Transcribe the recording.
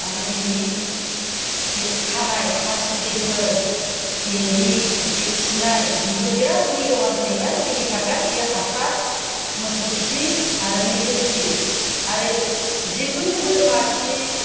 आरो बिनि जे खानाइ हासुदैफोर बेनि जे खिनाय बेबो बिराद मैल'बान जाहैबाय जोंनि थाखाय बियो हासार मोसौ खि आरो मैसो खि आरो जिखुनु बोरमा खि